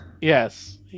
Yes